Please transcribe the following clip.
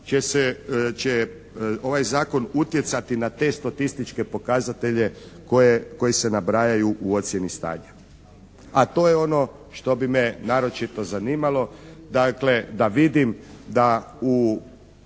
će ovaj zakon utjecati na te statističke pokazatelje koji se nabrajaju u ocjeni stanja. A to je ono što bi me naročito zanimalo. Dakle da vidim da u